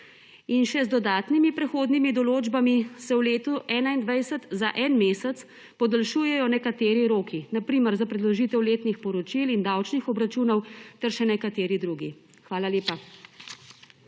In še: z dodatnimi prehodnimi določbami se v letu 2021 za en mesec podaljšujejo nekateri roki, na primer za predložitev letnih poročil in davčnih obračunov ter še nekateri drugi. Hvala lepa.